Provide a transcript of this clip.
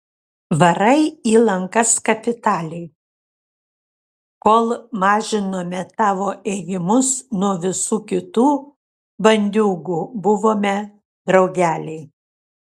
varai į lankas kapitaliai kol mažinome tavo ėjimus nuo visų kitų bandiūgų buvome draugeliai